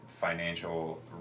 financial